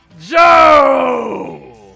Joe